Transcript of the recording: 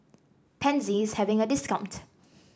Pansy is having a discount